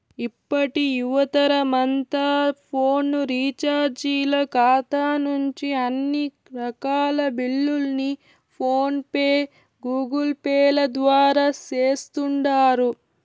ఇప్పటి యువతరమంతా ఫోను రీచార్జీల కాతా నుంచి అన్ని రకాల బిల్లుల్ని ఫోన్ పే, గూగుల్పేల ద్వారా సేస్తుండారు